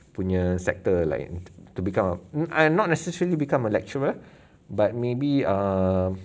punya sector like to become I'm not necessarily become a lecturer but maybe err